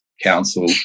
council